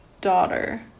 daughter